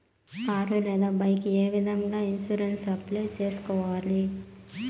car లేదా bike ఏ విధంగా ఇన్సూరెన్సు అప్లై సేసుకోవాలి